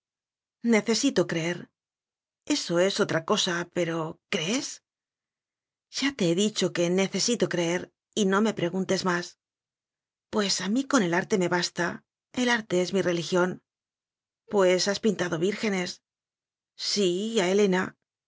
necesito creer eso es otra cosa pero crees ya te he dicho que necesito creer y no me preguntes más pues a mí con el arte me basta el arte es mi religión pues has pintado vírgenes sí a helena